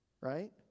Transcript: right